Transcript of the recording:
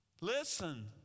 Listen